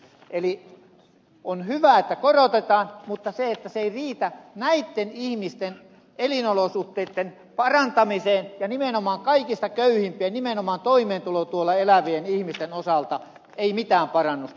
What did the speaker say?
eli on hyvä että korotetaan mutta se ei riitä näitten ihmisten elinolosuhteitten parantamiseen ja nimenomaan kaikista köyhimpien nimenomaan toimeentulotuella elävien ihmisten osalta ei saada mitään parannusta tällä